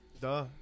Duh